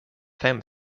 fem